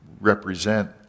represent